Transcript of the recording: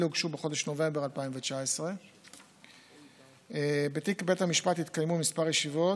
ואלה הוגשו בחודש נובמבר 2019. בתיק בית המשפט התקיימו כמה ישיבות,